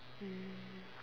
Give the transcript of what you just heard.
mm